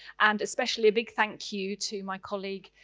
and especially a big thank you to my colleague,